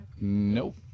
Nope